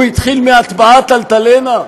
הוא התחיל מהטבעת אלטלנה.